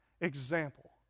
example